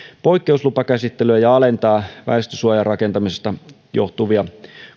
poikkeuslupakäsittelyä ja alentaa väestönsuojarakentamisesta johtuvia